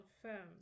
confirmed